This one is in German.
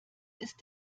ist